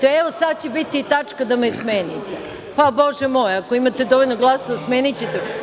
Evo, sada će biti i tačka da me smenite, pa Bože moj, ako imate dovoljno glasova, smenićete me.